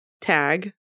tag